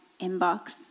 inbox